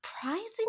surprisingly